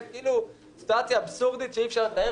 זו סיטואציה אבסורדית שאי אפשר לתאר.